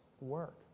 work